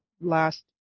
last